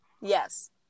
yes